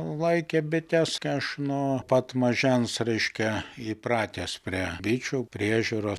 laikė bites tai aš nuo pat mažens reiškia įpratęs prie bičių priežiūros